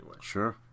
Sure